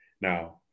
Now